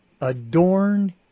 Adorn